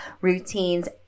routines